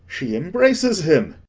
she embraces him.